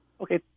Okay